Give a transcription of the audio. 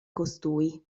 costui